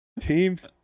Teams